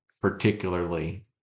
particularly